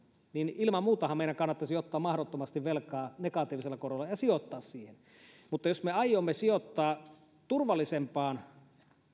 ilman muutahan meidän kannattaisi ottaa mahdottomasti velkaa negatiivisella korolla ja sijoittaa siihen mutta jos me aiomme sijoittaa turvallisempaan